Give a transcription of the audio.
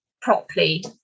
properly